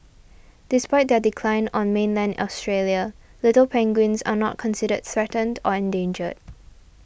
despite their decline on mainland Australia little penguins are not considered threatened or endangered